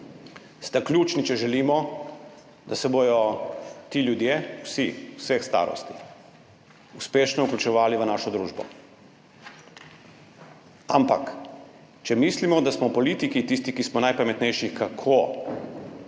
sta ključni, če želimo, da se bodo ti ljudje, vsi, v vseh starosti, uspešno vključevali v našo družbo. Ampak če mislimo, da smo politiki tisti, ki smo najpametnejši, kako